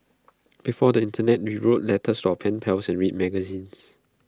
before the Internet we wrote letters to our pen pals and read magazines